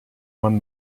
man